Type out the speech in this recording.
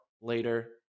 later